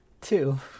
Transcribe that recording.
Two